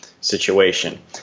situation